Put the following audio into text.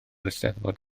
eisteddfod